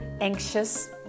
anxious